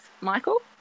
Michael